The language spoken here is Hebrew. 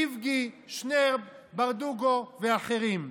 איבגי, שנרב, ברדוגו ואחרים.